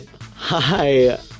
Hi